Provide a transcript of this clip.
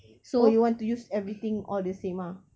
so you want to use everything all the same ah